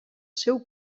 seu